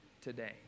today